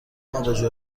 آبجو